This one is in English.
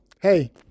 hey